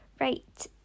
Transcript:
Right